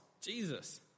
Jesus